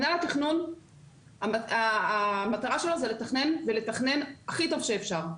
מינהל התכנון שלו זה לתכנן ולתכנן הכי טוב שאפשר.